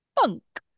Funk